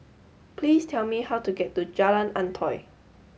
please tell me how to get to Jalan Antoi